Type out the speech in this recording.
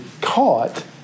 caught